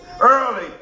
early